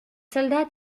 soldats